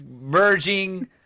merging